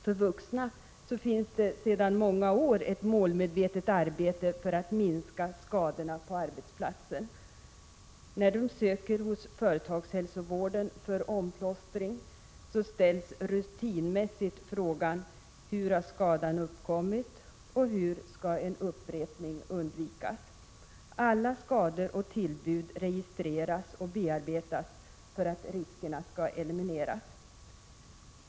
För vuxna pågår sedan många år ett målmedvetet arbete för att minska skadorna på arbetsplatsen. När de söker hos företagshälsovården för omplåstring ställs rutinmässigt frågorna ”Hur har skadan uppkommit?” och ”Hur skall en upprepning undvikas?”. Alla skador och tillbud registreras och bearbetas för att riskerna skall elimineras.